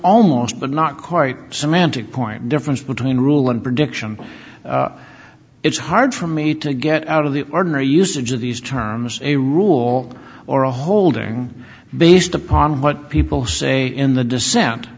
almost but not quite semantic point difference between rule and prediction it's hard for me to get out of the ordinary usage of these terms a rule or a holding based upon what people say in the dissent